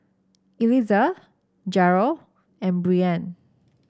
Eliezer Jerel and Breanne